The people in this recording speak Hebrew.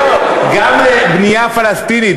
גם לבנייה פלסטינית,